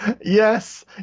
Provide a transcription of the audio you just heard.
Yes